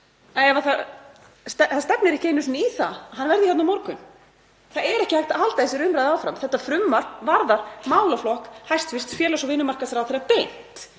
að það stefnir ekki einu sinni í það að hann verði hér á morgun. Það er ekki hægt að halda þessari umræðu áfram. Þetta frumvarp varðar málaflokk hæstv. félags- og vinnumarkaðsráðherra beint.